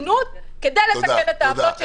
ברצינות כדי לתקן את העוולות שנגרמות כיום.